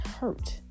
hurt